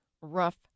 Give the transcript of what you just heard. rough